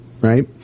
right